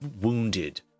wounded